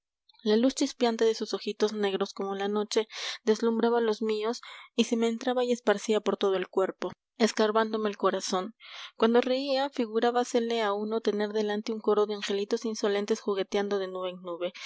la luz chispeante de sus ojitos negros como la noche deslumbraba los míos y se me entraba y esparcía por todo el cuerpo escarbándome el corazón cuando reía figurábasele a uno tener delante un coro de angelitos insolentes jugueteando de nube